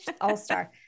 all-star